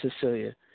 Cecilia